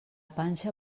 panxa